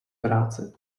práce